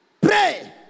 Pray